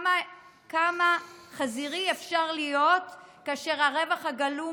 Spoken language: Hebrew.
כמה חזיריים אפשר להיות כאשר הרווח הגלום